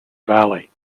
valley